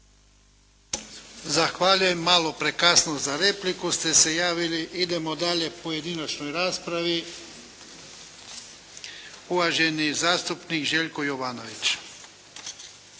Zahvaljujem. Malo prekasno za repliku ste se javili. Idemo dalje pojedinačnoj raspravi. Uvaženi zastupnik Željko Jovanović.